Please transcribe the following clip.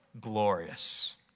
glorious